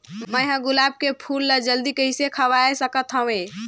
मैं ह गुलाब के फूल ला जल्दी कइसे खवाय सकथ हवे?